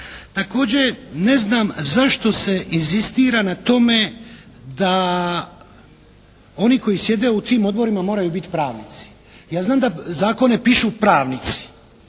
Također ne znam zašto se inzistira na tome da oni koji sjede u tim odborima moraju biti pravnici. Ja znam da zakone pišu pravnici